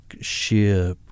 sheer